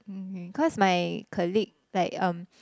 okay cause my colleague like um